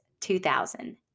2000